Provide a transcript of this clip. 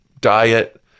diet